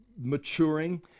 maturing